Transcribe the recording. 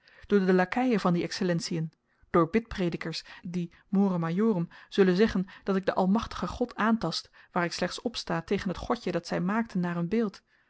door de lakeien van die excellentien door bidpredikers die more majorum zullen zeggen dat ik den almachtigen god aantast waar ik slechts opsta tegen t godje dat zy maakten naar hun beeld